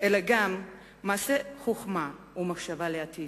אלא גם מעשה חוכמה ומחשבה לעתיד.